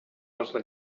nostra